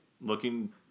Looking